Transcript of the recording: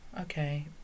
okay